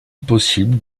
possible